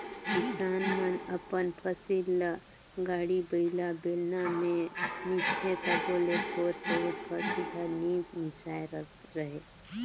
किसान मन अपन फसिल ल गाड़ी बइला, बेलना मे मिसथे तबो ले थोर बहुत फसिल हर नी मिसाए रहें